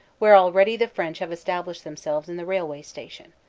where already the french have established themselves in the railway station.